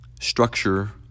structure